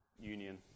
union